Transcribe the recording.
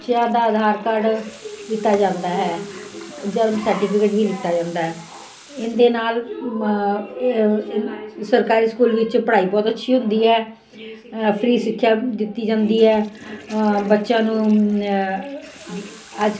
ਬੱਚਿਆਂ ਦਾ ਆਧਾਰ ਕਾਰਡ ਲਿੱਤਾ ਜਾਂਦਾ ਹੈ ਜਨਮ ਸਰਟੀਫਿਕੇਟ ਵੀ ਲਿੱਤਾ ਜਾਂਦਾ ਹੈ ਇਹਦੇ ਨਾਲ ਸਰਕਾਰੀ ਸਕੂਲ ਵਿੱਚ ਪੜ੍ਹਾਈ ਬਹੁਤ ਅੱਛੀ ਹੁੰਦੀ ਹੈ ਫਰੀ ਸਿੱਖਿਆ ਦਿੱਤੀ ਜਾਂਦੀ ਹੈ ਬੱਚਿਆਂ ਨੂੰ ਅੱਜ